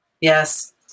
Yes